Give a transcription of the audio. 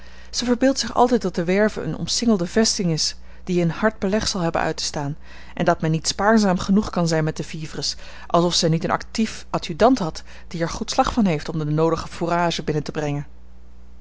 zij verbeeldt zich altijd dat de werve eene omsingelde vesting is die een hard beleg zal hebben uit te staan en dat men niet spaarzaam genoeg kan zijn met de vivres alsof zij niet een actief adjudant had die er goed slag van heeft om de noodige fourage binnen te brengen